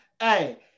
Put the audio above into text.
Hey